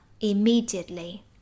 immediately